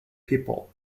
people